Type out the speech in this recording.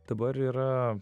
dabar yra